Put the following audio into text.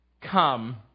come